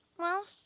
well,